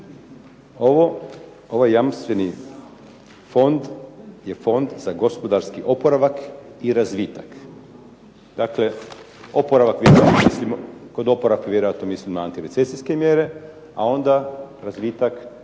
Ovo, ovaj jamstveni fond je fond za gospodarski oporavak i razvitak. Dakle, oporavak bi bio, kod oporavka vjerojatno mislimo na antirecesijske mjere, a onda razvitak